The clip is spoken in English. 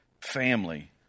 family